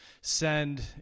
send